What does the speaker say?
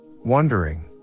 Wondering